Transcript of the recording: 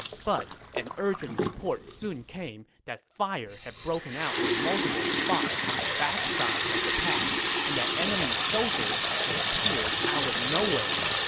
but an urgent report soon came that fire had broken out in multiple spots on the backside of the pass and that enemy soldiers had appeared out of nowhere.